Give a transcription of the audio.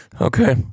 Okay